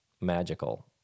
magical